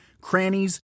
crannies